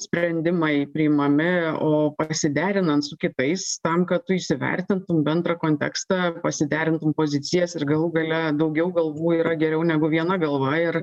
sprendimai priimami o pasiderinant su kitais tam kad tu įsivertintum bendrą kontekstą pasiderintum pozicijas ir galų gale daugiau galvų yra geriau negu viena galva ir